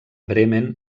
bremen